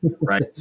right